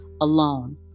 alone